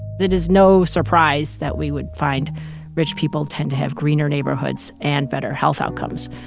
it is no surprise that we would find rich people tend to have greener neighborhoods and better health outcomes.